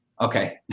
Okay